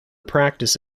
practice